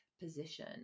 position